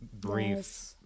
brief